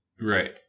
right